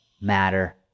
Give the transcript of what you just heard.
matter